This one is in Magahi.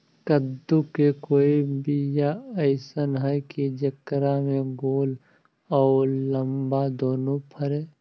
कददु के कोइ बियाह अइसन है कि जेकरा में गोल औ लमबा दोनो फरे?